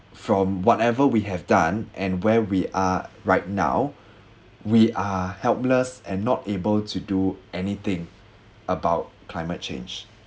from whatever we have done and where we are right now we are helpless and not able to do anything about climate change